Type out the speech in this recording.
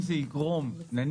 יש את הסעיף על מתן